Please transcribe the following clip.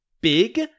big